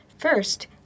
First